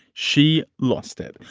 she lost it.